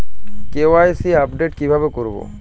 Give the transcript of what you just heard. KYC update কিভাবে করবো?